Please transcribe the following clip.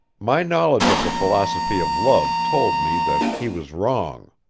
my knowledge of the philosophy of love told me that he was wrong